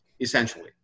essentially